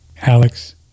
Alex